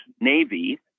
Navy